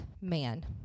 man